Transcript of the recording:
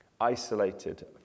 isolated